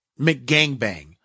McGangbang